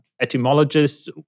etymologists